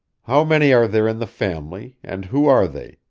how many are there in the family, and who are they,